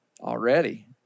already